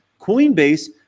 Coinbase